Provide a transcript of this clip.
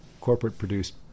corporate-produced